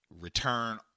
return